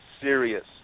serious